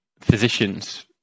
physicians